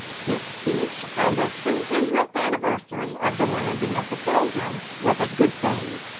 his speech on the two-hundredth anniversary of the landing of the pilgrims was a good thing,